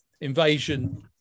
invasion